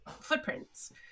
footprints